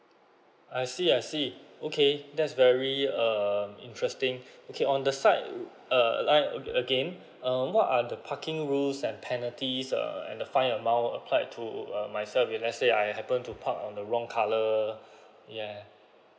I see I see okay that's very um interesting okay on the side uh like uh again um what are the parking rules and penalties err and the fine amount applied to uh myself if let's say I happened to park on the wrong colour yeah